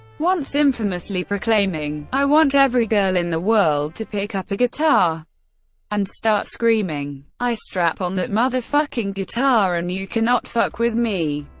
once infamously proclaiming i want every girl in the world to pick up a guitar and start screaming. i strap on that motherfucking guitar and you cannot fuck with me.